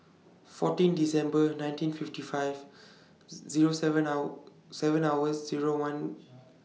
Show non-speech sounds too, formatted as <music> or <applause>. fourteen December nineteen fifty five <noise> Zero seven hour seven hours Zero one